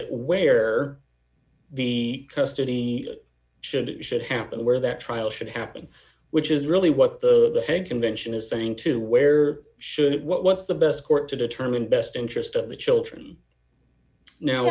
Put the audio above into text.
it where the custody should it should happen where that trial should happen which is really what the convention is saying to where should it what's the best court to determine best interest of the children no